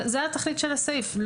זאת תכלית הסעיף.